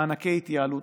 מענקי התייעלות,